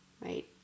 right